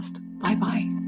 Bye-bye